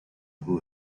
who